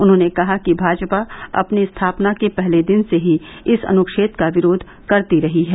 उन्होंने कहा कि भाजपा अपनी स्थापना के पहले दिन से ही इस अनुच्छेद का विरोध करती रही है